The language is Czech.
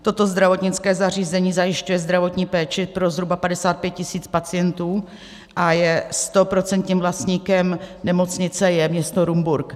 Toto zdravotnické zařízení zajišťuje zdravotní péči pro zhruba 55 tisíc pacientů a stoprocentním vlastníkem nemocnice je město Rumburk.